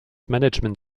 management